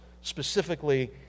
specifically